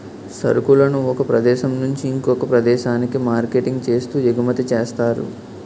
సరుకులను ఒక ప్రదేశం నుంచి ఇంకొక ప్రదేశానికి మార్కెటింగ్ చేస్తూ ఎగుమతి చేస్తారు